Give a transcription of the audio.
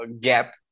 gap